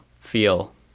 feel